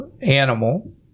animal